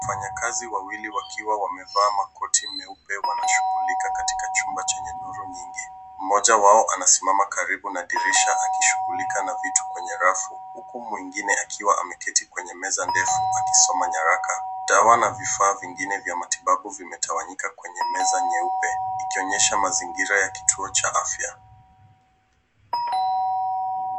Wafanyi kazi wawili wakiwa wamevaa makoti meupe wanashughuluka katika chumbaa Chenye nuru nyingi, mmoja wao anasimama karibu na dirisha akishughulika na vitu kwenye rafu huku mwingine akiwa ameketi kwenye meza ndefu akisoma nyaraka. Dawa na vifaa vingine vya matibabu vimetawanyika kwenye meza meupe ikionyesha mazingira ya kituo cha afya.